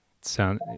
sound